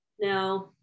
Now